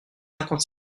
cinquante